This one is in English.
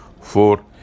Four